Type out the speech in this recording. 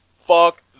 Fuck